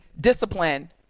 discipline